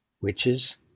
Witches